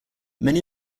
many